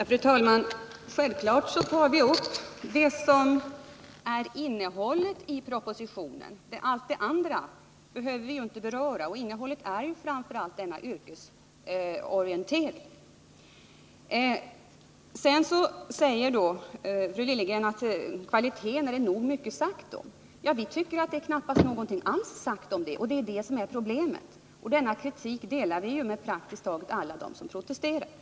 Fru talman! Självfallet tar vi upp det som är innehållet i propositionen — allt det andra behöver vi ju inte beröra — och till innehållet hör förslaget om denna yrkesintroduktion. Kvaliteten är det nog mycket sagt om, säger fru Liljegren. Men vi tycker att det knappast är någonting sagt om den, och det är detta som är problemet. Den kritiken delar vi med praktiskt taget alla dem som protesterar.